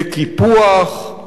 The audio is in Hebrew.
לקיפוח,